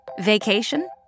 Vacation